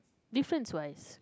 difference wise